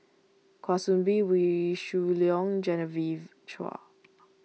Kwa Soon Bee Wee Shoo Leong Genevieve Chua